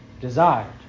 desired